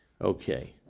Okay